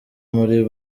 muri